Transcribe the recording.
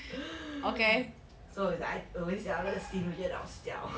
so is like always ya 然后吸毒烟 liao 死掉